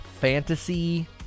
Fantasy